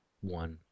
one